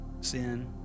sin